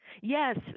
Yes